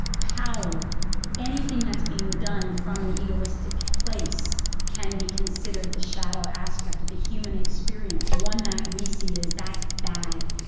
power anything that's being done from an egoistic place can be considered the shadow aspect of the human experience. one we see as that's bad.